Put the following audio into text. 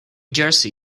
jersey